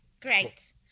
great